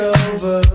over